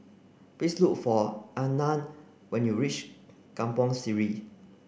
please look for Arnav when you reach Kampong Sireh